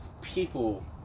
people